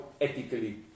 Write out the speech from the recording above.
ethically